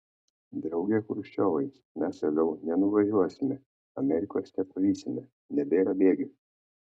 drauge chruščiovai mes toliau nenuvažiuosime amerikos nepavysime nebėra bėgių